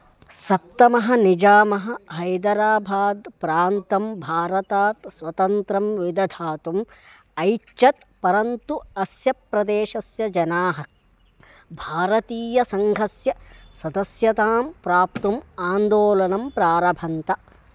सप्तमः निजामः हैदराभाद् प्रान्तं भारतात् स्वतन्त्रं विदधातुम् ऐच्छत् परन्तु अस्य प्रदेशस्य जनाः भारतीयसङ्घस्य सदस्यतां प्राप्तुम् आन्दोलनं प्रारभन्त